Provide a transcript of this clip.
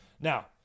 Now